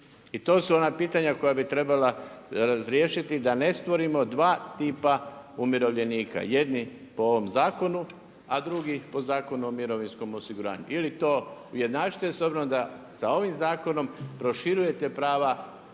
I to su ona pitanja koja bi trebala razriješiti da ne stvorimo dva tipa umirovljenika, jedni po ovom zakonu a drugi po Zakonu o mirovinskom osiguranju. Ili to ujednačite s obzirom da s ovim zakonom proširujete prava